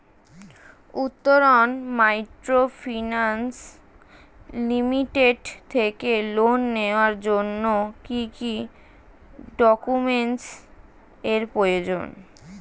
Uttaran microfinance limited থেকে loan নেওয়ার জন্য কি কি ডকুমেন্টস এর প্রয়োজন?